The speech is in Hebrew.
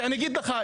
כי אני אגיד לך,